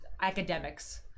academics